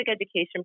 education